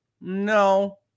no